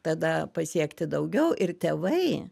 tada pasiekti daugiau ir tėvai